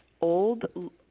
old